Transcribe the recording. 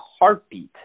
heartbeat